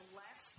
less